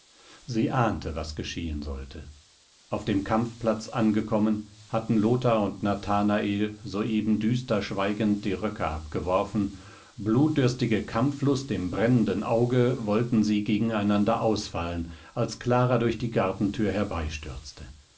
sie ahnte was geschehen sollte auf dem kampfplatz angekommen hatten lothar und nathanael soeben düsterschweigend die röcke abgeworfen blutdürstige kampflust im brennenden auge wollten sie gegeneinander ausfallen als clara durch die gartentür